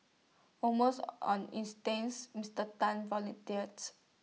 almost on instincts Mister Tan volunteered